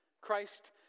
Christ